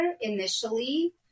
initially